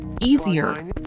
easier